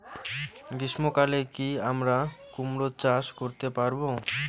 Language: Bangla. গ্রীষ্ম কালে কি আমরা কুমরো চাষ করতে পারবো?